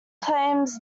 claims